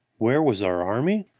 where was our army?